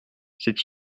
c’est